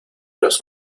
nos